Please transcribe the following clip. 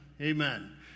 Amen